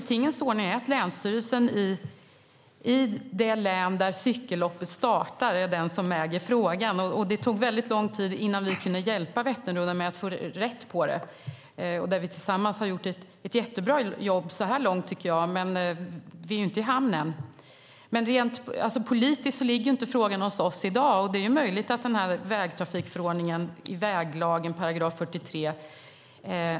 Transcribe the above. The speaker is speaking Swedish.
Tingens ordning är att länsstyrelsen i det län där cykelloppet startar äger frågan. Det tog väldigt lång tid innan vi kunde hjälpa Vätternrundan med att få rätt på det. Tillsammans har vi gjort ett jättebra jobb så här långt, men vi är inte i hamn än. Politiskt ligger inte frågan hos oss i dag. Den har att göra med vägtrafikförordningen i 43 § väglagen.